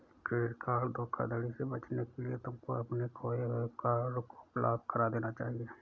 credit card धोखाधड़ी से बचने के लिए तुमको अपने खोए हुए कार्ड को ब्लॉक करा देना चाहिए